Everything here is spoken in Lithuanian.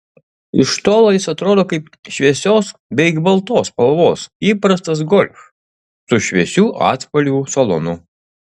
iš tolo jis atrodo kaip šviesios beveik baltos spalvos įprastas golf su šviesių atspalvių salonu